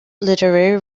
literary